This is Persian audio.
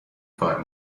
کار